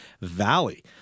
Valley